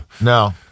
No